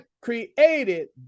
created